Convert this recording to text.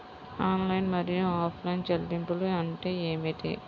Online మరియు offline చెల్లింపులు అంటే ఏమిటి?